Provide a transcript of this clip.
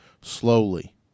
slowly